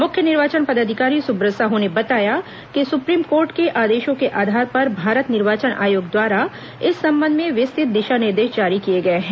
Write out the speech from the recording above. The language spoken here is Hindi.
मुख्य निर्वाचन पदाधिकारी सुब्रत साहू ने बताया कि सुप्रीम कोर्ट के आदेशों के आधार पर भारत निर्वाचन आयोग द्वारा इस संबंध में विस्तुत दिशा निर्देश जारी किए गए हैं